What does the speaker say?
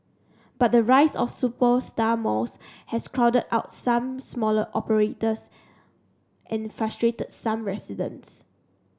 but the rise of superstar malls has crowded out some smaller operators and frustrated some residents